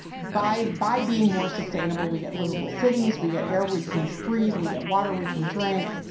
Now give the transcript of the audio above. by by being more sustainable, we get livable cities, we get air we can breathe, we get water we can drink.